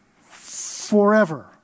forever